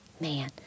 Man